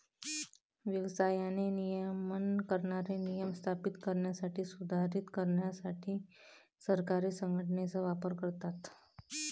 व्यवसायाचे नियमन करणारे नियम स्थापित करण्यासाठी, सुधारित करण्यासाठी सरकारे संघटनेचा वापर करतात